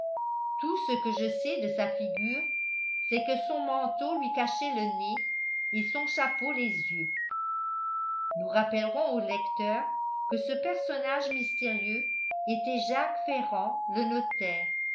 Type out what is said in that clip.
tout ce que je sais de sa figure c'est que son manteau lui cachait le nez et son chapeau les yeux nous rappellerons au lecteur que ce personnage mystérieux était jacques ferrand le notaire